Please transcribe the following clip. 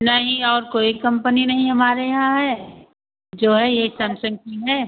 नहीं और कोई कम्पनी नहीं हमारे यहाँ है जो है यही सैमसंग की है